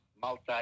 multi